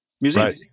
museum